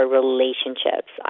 relationships